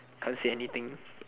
can't say anything